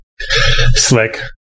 slick